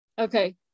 okay